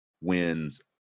wins